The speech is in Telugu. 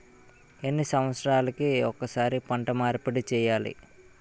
ఎన్ని సంవత్సరాలకి ఒక్కసారి పంట మార్పిడి చేయాలి?